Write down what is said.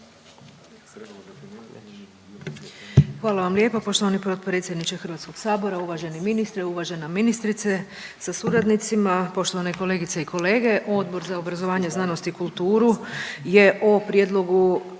Hvala vam lijepo poštovani potpredsjedniče HS-a, uvaženi ministre, uvažena ministrice sa suradnicima, poštovane kolegice i kolege. Odbor za obrazovanje, znanost i kulturu je o Prijedlogu